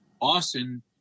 Austin